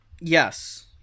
yes